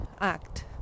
act